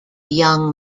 young